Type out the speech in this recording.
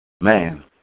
man